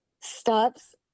stops